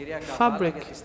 fabric